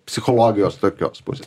psichologijos tokios pusės